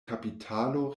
kapitalo